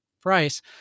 price